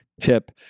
tip